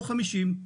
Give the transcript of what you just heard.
או 50?